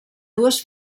dues